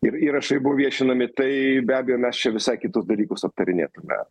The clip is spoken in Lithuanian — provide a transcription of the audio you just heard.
ir įrašai buvo viešinami tai be abejo mes čia visai kitus dalykus aptarinėtume